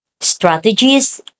strategies